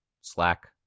Slack